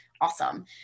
awesome